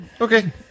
Okay